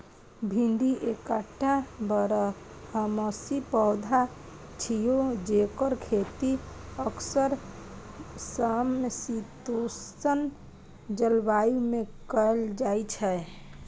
भिंडी एकटा बारहमासी पौधा छियै, जेकर खेती अक्सर समशीतोष्ण जलवायु मे कैल जाइ छै